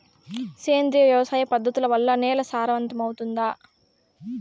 సేంద్రియ వ్యవసాయ పద్ధతుల వల్ల, నేల సారవంతమౌతుందా?